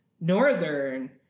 Northern